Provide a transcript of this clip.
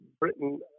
Britain